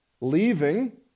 leaving